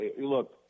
look